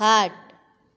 खाट